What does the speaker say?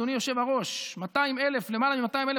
אדוני היושב-ראש: למעלה מ-200,000